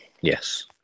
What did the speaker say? yes